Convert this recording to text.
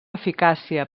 eficàcia